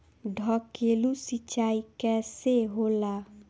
ढकेलु सिंचाई कैसे होला?